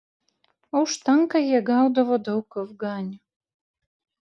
už tanką jie gaudavo daug afganių